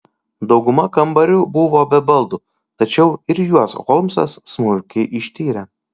dauguma kambarių buvo be baldų tačiau ir juos holmsas smulkiai ištyrė